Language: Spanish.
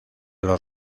los